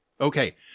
Okay